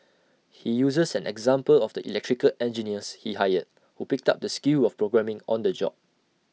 he uses an example of the electrical engineers he hired who picked up the skill of programming on the job